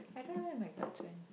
I don't know where my guts when